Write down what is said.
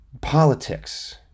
politics